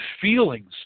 feelings